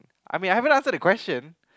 I mean I haven't ask her the question